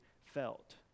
felt